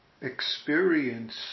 Experience